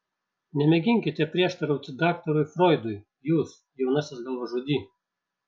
nemėginkite prieštarauti daktarui froidui jūs jaunasis galvažudy